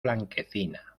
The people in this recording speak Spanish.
blanquecina